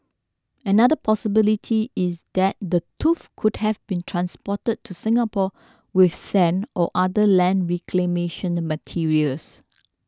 another possibility is that the tooth could have been transported to Singapore with sand or other land reclamation the materials